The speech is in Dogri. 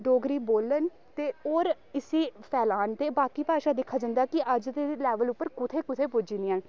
डोगरी बोलन ते होर इसी फलान ते बाकी भाशा दिक्खा जंदा कि अज्ज दे लेवल उप्पर कु'त्थै कु'त्थै पुज्जी दियां न